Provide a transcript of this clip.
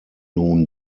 nun